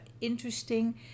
interesting